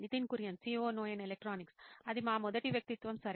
Nitin Kurien COO నోయిన్ electronics అది మా మొదటి వ్యక్తిత్వం సరే